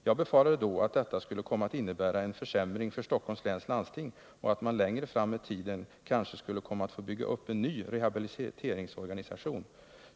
Jag befarade då, att detta skulle komma att innebära en försämring för Stockholms läns landsting och att man längre fram i tiden kanske skulle komma att få bygga upp en ny rehabiliteringsorganisation.